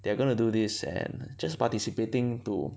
they're going to do this and just participating to